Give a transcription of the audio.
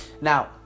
Now